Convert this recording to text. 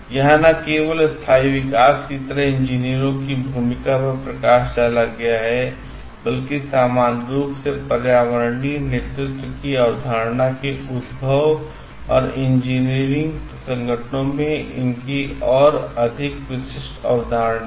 यहां न केवल स्थायी विकास की तरह इंजीनियरों की भूमिका पर प्रकाश डाला गया है बल्कि सामान्य रूप से पर्यावरणीय नेतृत्व की अवधारणा के उद्भव और इंजीनियरिंग संगठनों में भी इसकी और अधिक विशिष्ट अवधारणा है